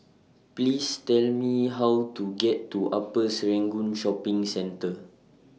Please Tell Me How to get to Upper Serangoon Shopping Centre